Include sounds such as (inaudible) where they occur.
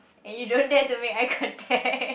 and you don't dare to make eye contact (laughs)